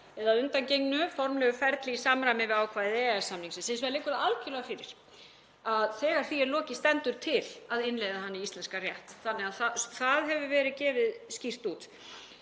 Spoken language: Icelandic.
að undangengnu formlegu ferli í samræmi við ákvæði EES-samningsins. Hins vegar liggur algerlega fyrir að þegar því er lokið stendur til að innleiða hana í íslenskan rétt þannig að það hefur verið gefið skýrt út.